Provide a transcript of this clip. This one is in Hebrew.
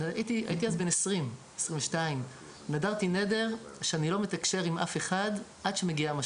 הייתי אז בן 22. נדרתי נדר שאני לא מתקשר עם אף אחד עד שהמשיח מגיע,